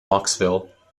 knoxville